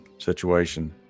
Situation